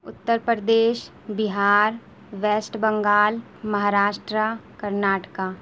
Uttar Pradesh Bihar West Bengal Maharashtra Karnataka